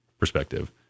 perspective